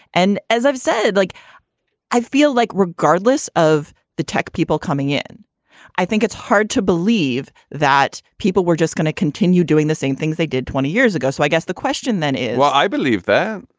and as i've said like i feel like regardless of the tech people coming in i think it's hard to believe that people were just going to continue doing the same things they did twenty years ago. so i guess the question then is well i believe that.